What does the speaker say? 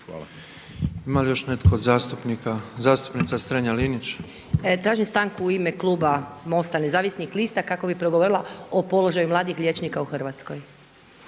Hvala.